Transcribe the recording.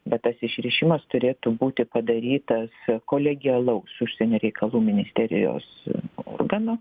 bet tas išrišimas turėtų būti padarytas kolegialaus užsienio reikalų ministerijos organo